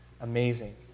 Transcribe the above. amazing